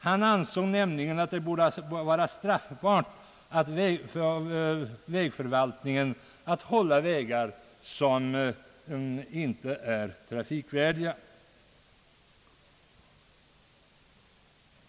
Han ansåg nämligen att det borde vara straffbart av vägförvaltningen att hålla vägar som är trafikvådliga.